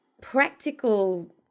practical